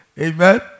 Amen